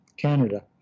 Canada